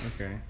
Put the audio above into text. okay